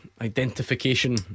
identification